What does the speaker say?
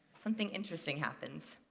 something interesting happens.